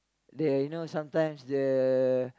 they are you know sometimes the